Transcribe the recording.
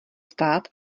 ptát